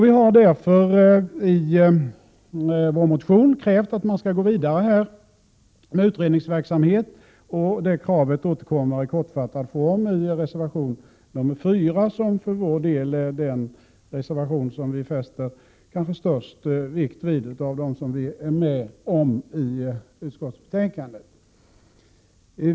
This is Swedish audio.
Vi har därför i vår motion krävt att man här skall gå vidare med utredningsverksamhet, och det kravet återkommer i kortfattad form i reservation nr 4, som för vår del är den av våra reservationer i utskottsbetänkandet som vi fäster störst vikt vid.